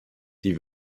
die